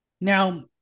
now